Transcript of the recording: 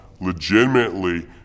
legitimately